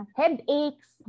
headaches